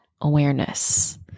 awareness